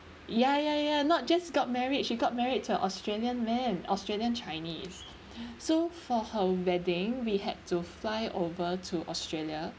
ya ya ya not just got married she got married to australian man australian chinese so for her wedding we had to fly over to australia